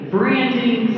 Branding